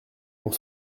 pour